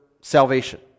salvation